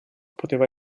poteva